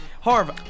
Harv